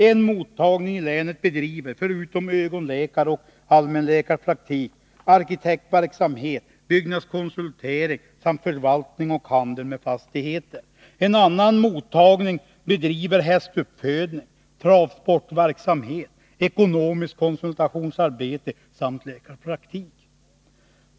En mottagning i länet bedriver — förutom ögonläkaroch allmänläkarpraktik — arkitektverksamhet, byggnadskonsultering samt förvaltning av och handel med fastigheter. En annan mottagning bedriver hästuppfödning, travsportverksamhet, ekonomisk konsultation samt läkarpraktik.